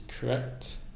correct